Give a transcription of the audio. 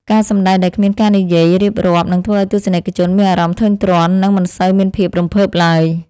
ការសម្តែងដែលគ្មានការនិយាយរៀបរាប់នឹងធ្វើឱ្យទស្សនិកជនមានអារម្មណ៍ធុញទ្រាន់ និង មិនសូវមានភាពរំភើបឡើយ។